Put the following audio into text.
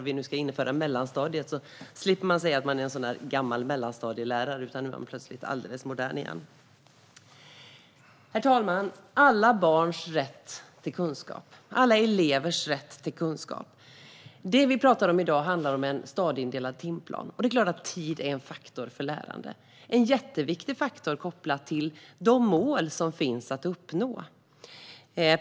Vi ska ju nu införa mellanstadiet, så nu slipper man säga att man är en sådan där gammal mellanstadielärare. Plötsligt är man alldeles modern igen! Herr talman! Det gäller alla barns rätt till kunskap och alla elevers rätt till kunskap. Det vi talar om i dag handlar om en stadieindelad timplan. Det är klart att tid är en faktor för lärande. Det är en jätteviktig faktor kopplad till de mål som finns att uppnå.